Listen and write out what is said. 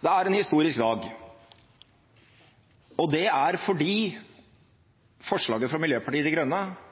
det er en historisk dag! Og det er fordi forslaget fra Miljøpartiet De Grønne